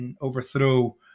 overthrow